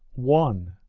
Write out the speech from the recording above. one.